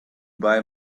buy